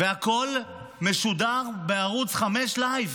והכול משודר בערוץ 5 לייב,